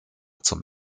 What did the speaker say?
zum